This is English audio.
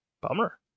Bummer